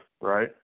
right